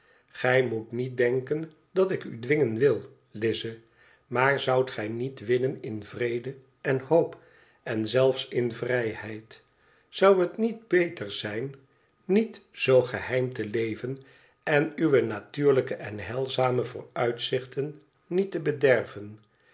igij moet niet denken dat ik u dwingen wil lize maar zoudt gij niet winnen in vrede en hoop en ze s in vrijheid zou het niet beter zijn niet zoo geheim te leven en uwe natuurlijke en heilzame vooruitzichten niet te bederven